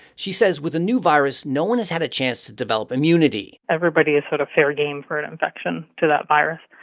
she says with a new virus, no one has had a chance to develop immunity everybody is sort of fair game for an infection to that virus,